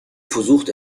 versucht